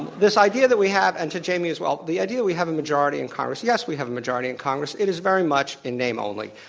this idea that we have and to jamie as well the idea we have a majority in congress, yes, we have a majority in congress, it is very much in name only.